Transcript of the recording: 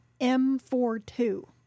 M42